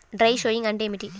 Dry sowing అంటే ఏమిటి?